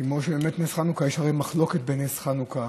כמו שבאמת נס חנוכה, יש הרי מחלוקת בנס חנוכה: